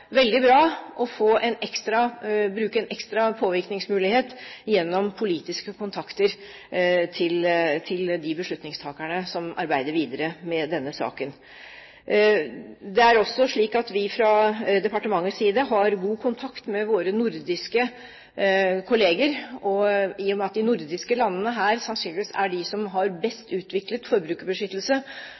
bra å bruke en ekstra påvirkningsmulighet gjennom politiske kontakter med de beslutningstakerne som arbeider videre med denne saken. Det er også slik at vi fra departementets side har god kontakt med våre nordiske kolleger. I og med at de nordiske landene sannsynligvis er de som har best utviklet forbrukerbeskyttelse,